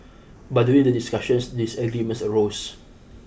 but during the discussions disagreements arose